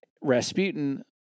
Rasputin